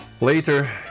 Later